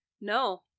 no